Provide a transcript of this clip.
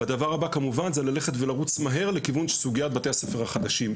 והדבר הבא כמובן זה ללכת ולרוץ מהר לכיוון סוגיית בתי הספר החדשים,